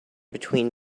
between